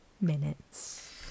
minutes